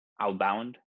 outbound